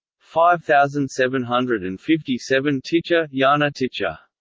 five thousand seven hundred and fifty seven ticha yeah ah and ticha